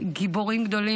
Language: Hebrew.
גיבורים גדולים.